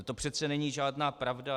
To přeci není žádná pravda.